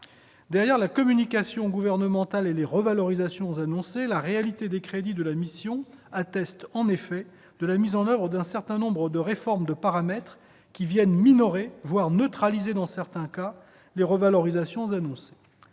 Derrière la communication gouvernementale et les revalorisations annoncées, la réalité des crédits de la mission atteste, en effet, de la mise en oeuvre d'un certain nombre de réformes de paramètre, qui viennent minorer, voire neutraliser dans certains cas, les revalorisations annoncées,